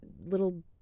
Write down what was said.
little